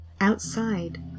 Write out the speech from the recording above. Outside